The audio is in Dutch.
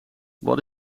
wat